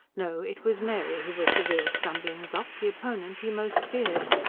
no, it was mary who was the real stumbling-block, the opponent he most feared.